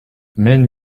мен